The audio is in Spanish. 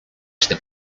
este